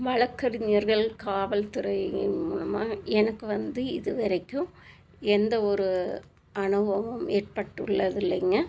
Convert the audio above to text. வழக்கறிஞர்கள் காவல் துறையினர் மூலமாக எனக்கு வந்து இது வரைக்கும் எந்த ஒரு அனுபவமும் ஏற்பட்டுள்ளது இல்லைங்க